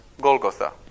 Golgotha